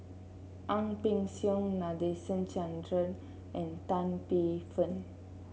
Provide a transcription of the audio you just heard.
Ang Peng Siong Nadasen Chandra and Tan Paey Fern